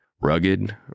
Rugged